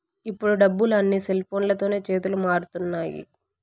ఇప్పుడు డబ్బులు అన్నీ సెల్ఫోన్లతోనే చేతులు మారుతున్నాయి